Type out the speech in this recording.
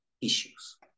issues